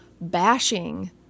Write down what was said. bashing